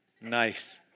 Nice